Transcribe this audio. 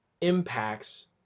impacts